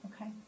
Okay